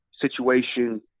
situation